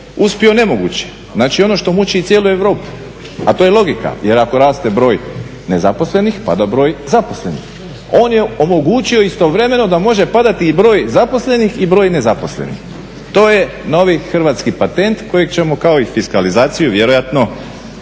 uspio nemoguće, znači i ono što muči i cijelu Europu, a to je logika jer ako raste broj nezaposlenih, pada broj zaposlenih. On je omogućio istovremeno da može padati i broj zaposlenih i broj nezaposlenosti, to je novi hrvatski patent kojeg ćemo kao i fiskalizacija vjerojatno